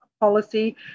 policy